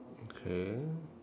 okay